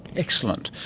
excellent.